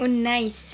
उन्नाइस